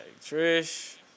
Trish